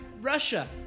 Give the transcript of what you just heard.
Russia